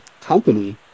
company